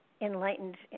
enlightened